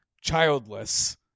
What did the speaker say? childless